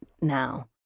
now